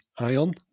Ion